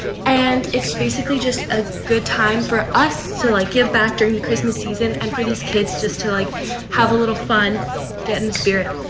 and it is basically just a good time for us to give back during the christmas season and for these kids just to like have a little fun getting in the spirit.